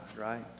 right